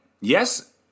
Yes